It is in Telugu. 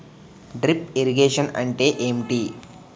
డ్రిప్ ఇరిగేషన్ అంటే ఏమిటి?